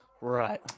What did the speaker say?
right